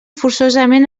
forçosament